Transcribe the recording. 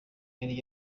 yari